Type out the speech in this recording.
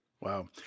Wow